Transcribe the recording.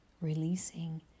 releasing